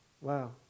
wow